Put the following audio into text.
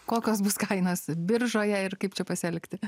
kokios bus kainos biržoje ir kaip čia pasielgti